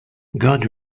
god